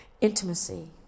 Intimacy